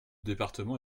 département